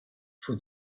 for